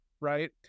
right